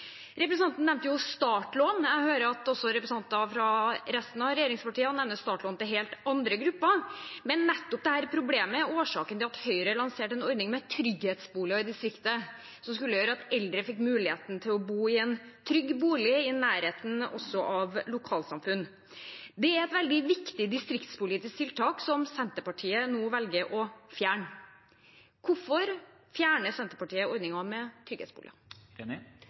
Representanten nevnte startlån. Jeg hører at også andre representanter fra regjeringspartiene nevner startlån til helt andre grupper. Nettopp dette problemet er årsaken til at Høyre lanserte en ordning med trygghetsboliger i distriktet, noe som skulle gjøre at eldre fikk muligheten til å bo i en trygg bolig i nærheten av sitt lokalsamfunn. Det er et veldig viktig distriktspolitisk tiltak, som Senterpartiet nå velger å fjerne. Hvorfor fjerner Senterpartiet ordningen med trygghetsboliger?